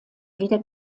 wieder